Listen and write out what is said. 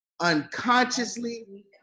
unconsciously